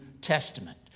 Testament